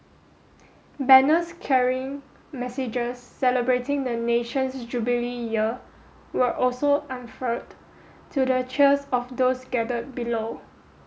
banners carrying messages celebrating the nation's Jubilee Year were also unfurled to the cheers of those gathered below